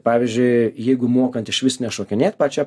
pavyzdžiui jeigu mokant išvis nešokinėt pačią